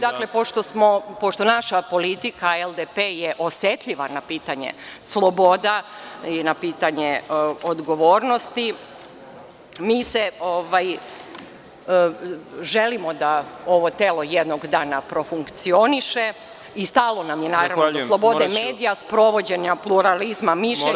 Dakle, pošto je naša politika LDP osetljiva na pitanje sloboda i na pitanje odgovornosti, mi želimo da ovo telo jednog dana profunkcioniše i stalo nam je, naravno, do slobode medija i sprovođenja pluralizma mišljenja…